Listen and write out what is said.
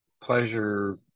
pleasure